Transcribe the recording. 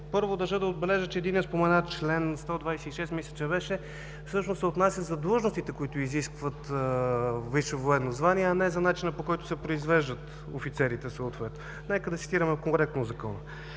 държа да отбележа, че единият споменат чл. 126, мисля, че беше, всъщност се отнася за длъжностите, които изискват висше военно звание, а не за начина, по който се произвеждат офицерите съответно. Нека да цитираме коректно Закона.